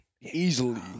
easily